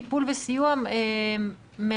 טיפול וסיוע מרחוק",